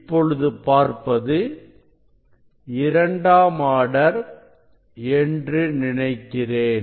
இப்பொழுது பார்ப்பது இரண்டாம் ஆர்டர் என்று நினைக்கிறேன்